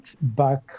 back